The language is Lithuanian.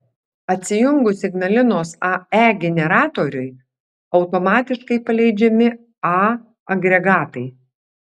atsijungus ignalinos ae generatoriui automatiškai paleidžiami a agregatai